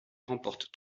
remporte